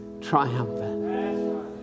Triumphant